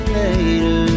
later